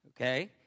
Okay